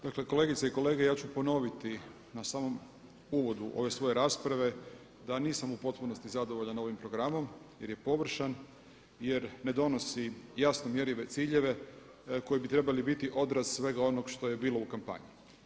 Dakle, kolegice i kolege ja ću ponoviti na samom uvodu ove svoje rasprave da nisam u potpunosti zadovoljan ovim programom jer je površan, jer ne donosi jasno mjerljive ciljeve koji bi trebali biti odraz svega onog što je bilo u kampanji.